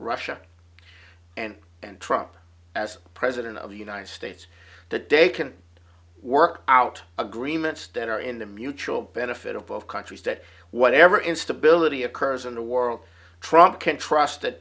russia and and trump as president of the united states that they can work out agreements that are in the mutual benefit of both countries that whatever instability occurs in the world trump can trust that